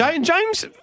James